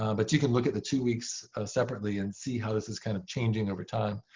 um but you can look at the two weeks separately and see how this is kind of changing over time.